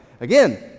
Again